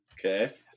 Okay